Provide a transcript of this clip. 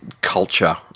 culture